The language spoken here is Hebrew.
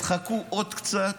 חכו עוד קצת,